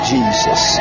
Jesus